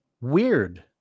weird